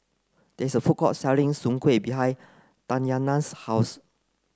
there is a food court selling soon Kueh behind Tatyanna's house